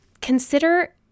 consider